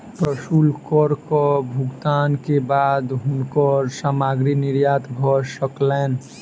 प्रशुल्क करक भुगतान के बाद हुनकर सामग्री निर्यात भ सकलैन